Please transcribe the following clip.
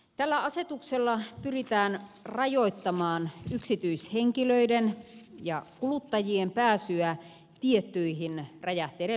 tällä asetuksella pyritään rajoittamaan yksityishenkilöiden ja kuluttajien pääsyä tiettyihin räjähteiden lähtöaineisiin